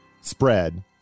spread